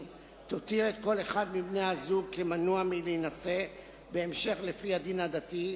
תותיר את כל אחד מבני-הזוג מנוע מלהינשא בהמשך לפי הדין הדתי,